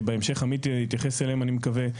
שבהמשך עמית יתייחס אליהם אני מקווה,